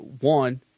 one